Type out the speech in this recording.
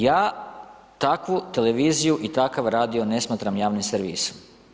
Ja takvu televiziju i takav radio ne smatram javnim servisom.